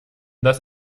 das